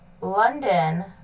London